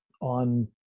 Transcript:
on